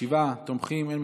חבר הכנסת משה אבוטבול תומך.